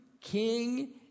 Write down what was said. king